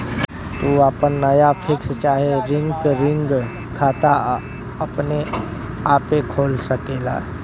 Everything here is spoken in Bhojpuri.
तू आपन नया फिक्स चाहे रिकरिंग खाता अपने आपे खोल सकला